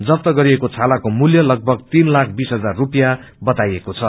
जफ्त गरिएको छालाको मूल्य लगीाग तीन लाख बीस हजार स्रपियाँ वताईएको छ